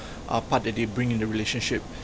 ah part that they bring in the relationship